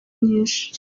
nyinshi